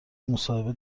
مصاحبه